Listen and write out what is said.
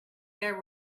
there